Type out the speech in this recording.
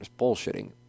bullshitting